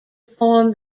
form